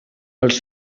els